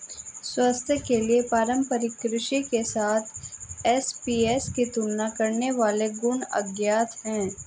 स्वास्थ्य के लिए पारंपरिक कृषि के साथ एसएपीएस की तुलना करने वाले गुण अज्ञात है